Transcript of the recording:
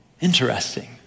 Interesting